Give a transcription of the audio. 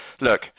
look